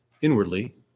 inwardly